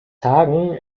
tagen